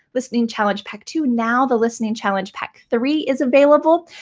listening challenge pack two, now the listening challenge pack three is available.